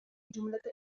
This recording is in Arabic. الجملة